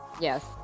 Yes